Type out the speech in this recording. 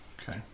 Okay